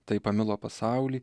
taip pamilo pasaulį